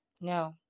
No